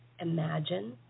Imagine